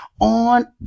on